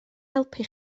helpu